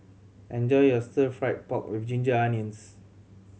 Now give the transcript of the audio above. enjoy your Stir Fry pork with ginger onions